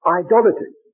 idolatry